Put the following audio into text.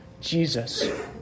Jesus